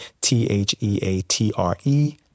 T-H-E-A-T-R-E